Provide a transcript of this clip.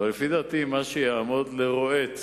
אבל, לדעתי, מה שיעמוד לרועץ